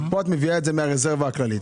פה את מביאה את זה מן הרזרבה הכללית.